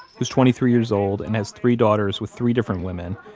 who's twenty three years old and has three daughters with three different women,